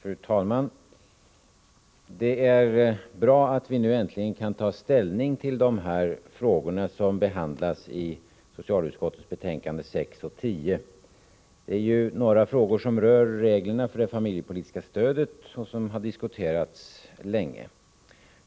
Fru talman! Det är bra att vi nu äntligen kan ta ställning till de frågor som behandlas i socialutskottets betänkanden 6 och 10. Det är några frågor som rör reglerna för det familjepolitiska stödet och som har diskuterats länge.